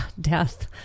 Death